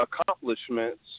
accomplishments